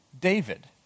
David